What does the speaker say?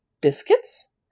biscuits